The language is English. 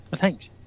thanks